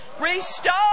Restore